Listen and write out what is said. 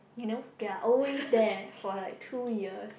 you know ya always there for like two years